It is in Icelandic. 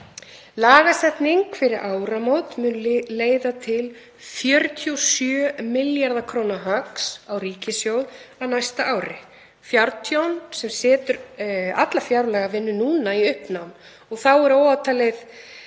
Lagasetning fyrir áramót mun leiða til 47 milljarða kr. höggs á ríkissjóð á næsta ári, fjártjón sem setur alla fjárlagavinnu núna í uppnám. Þá er ótalið